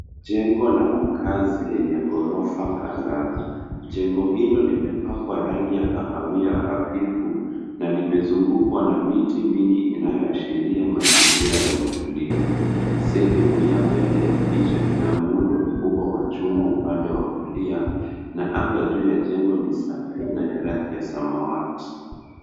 Jengo la makazi lenye ghorofa kadhaa. Jengo hilo limepakwa rangi ya kahawia hafifu na limezungukwa na miti mingi inayoashiria mazingira ya utulivu. Sehemu ya mbele ya picha ina muundo mkubwa wa chuma upande wa kulia na anga juu ya jengo ni safi na ya rangi ya samawati.